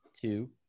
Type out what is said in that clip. two